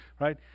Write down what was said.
right